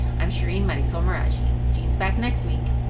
i'm shereen marisol meraji. gene's back next week.